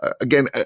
again